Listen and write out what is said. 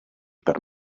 per